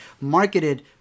marketed